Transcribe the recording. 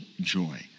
joy